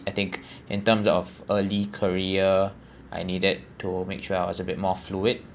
I think in terms of early career I needed to make sure I was a bit more fluid